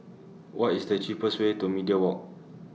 What IS The cheapest Way to Media Walk